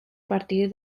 partir